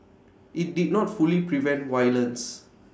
IT did not fully prevent violence